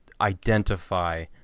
identify